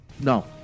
No